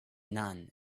none